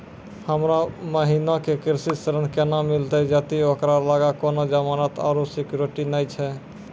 हमरो बहिनो के कृषि ऋण केना मिलतै जदि ओकरा लगां कोनो जमानत आरु सिक्योरिटी नै छै?